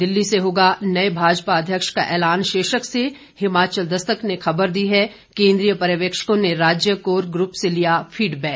दिल्ली से होगा नए भाजपा अध्यक्ष का ऐलान शीर्षक से हिमाचल दस्तक ने खबर दी है केंद्रीय पर्यवेक्षकों ने राज्य कोर ग्रुप से लिया फीडबैक